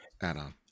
add-on